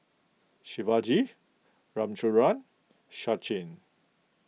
Shivaji Ramchundra Sachin